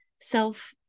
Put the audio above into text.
self-